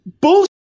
bullshit